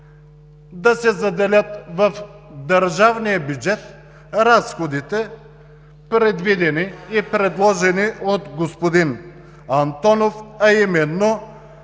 да се заделят в държавния бюджет разходите, предвидени и предложени от господин Антонов, а именно